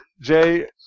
Jay